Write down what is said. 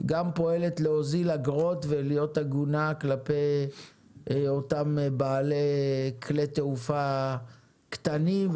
גם פועלת להוזיל אגרות ולהיות הגונה כלפי אותם בעלי כלי תעופה קטנים.